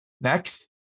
Next